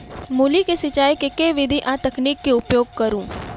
मूली केँ सिचाई केँ के विधि आ तकनीक केँ उपयोग करू?